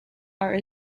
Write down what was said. are